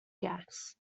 gas